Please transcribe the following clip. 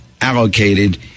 allocated